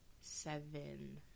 Seven